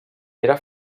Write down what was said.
era